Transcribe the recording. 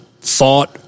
thought